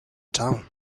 town